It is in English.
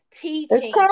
teaching